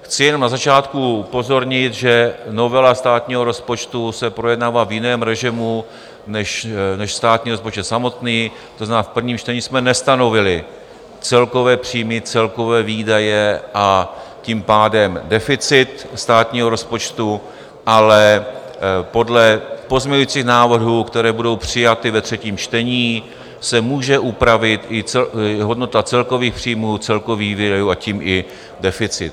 Chci jen na začátku upozornit, že novela státního rozpočtu se projednává v jiném režimu než státní rozpočet samotný, to znamená, v prvním čtení jsme nestanovili celkové příjmy, celkové výdaje, a tím pádem deficit státního rozpočtu, ale podle pozměňujících návrhů, které budou přijaty ve třetím čtení, se může upravit i hodnota celkových příjmů, celkových výdajů, a tím i deficit.